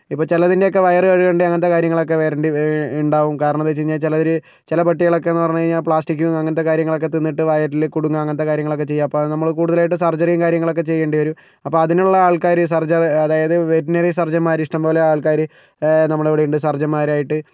ഇപ്പം ചിലതിൻ്റെയൊക്കെ വയറ് കഴുകേണ്ട അങ്ങനത്തെ കാര്യങ്ങളൊക്കെ വരേണ്ടി ഉണ്ടാകും കാരണമെന്താണെന്ന് വെച്ച് കഴിഞ്ഞാൽ അതൊരു ചില പട്ടികളൊക്കെയെന്ന് പറഞ്ഞു കഴിഞ്ഞാൽ പ്ലാസ്റ്റിക്കും അങ്ങനത്തെ കാര്യങ്ങളൊക്കെ തിന്നിട്ട് വയറ്റിൽ കുടുങ്ങുക അങ്ങനത്തെ കാര്യങ്ങളൊക്കെ ചെയ്യുക അപ്പം അത് നമ്മൾ കൂടുതലായിട്ടും സർജറിയും കാര്യങ്ങളൊക്കെ ചെയ്യേണ്ടി വരും അപ്പം അതിനുള്ള ആൾക്കാർ സർജ അതായത് വെറ്റിനറി സർജന്മാർ ഇഷ്ടംപോലെ ആൾക്കാർ നമ്മുടെ അവിടെ ഉണ്ട് സർജന്മാരായിട്ട്